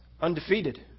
undefeated